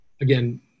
Again